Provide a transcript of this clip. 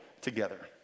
together